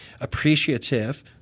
appreciative